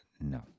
no